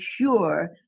sure